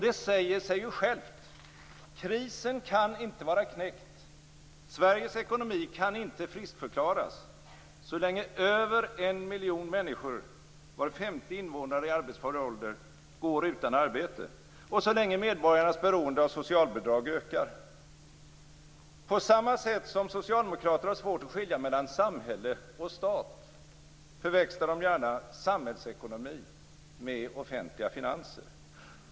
Det säger sig ju självt: Krisen kan inte vara knäckt, Sveriges ekonomi kan inte friskförklaras, så länge över en miljon människor, var femte invånare i arbetsför ålder, går utan arbete och så länge medborgarnas beroende av socialbidrag ökar. På samma sätt som socialdemokrater har svårt att skilja mellan samhälle och stat förväxlar de gärna samhällsekonomi med offentliga finanser.